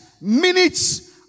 minutes